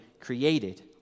created